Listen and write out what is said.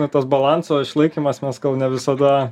na tas balanso išlaikymas mes gal ne visada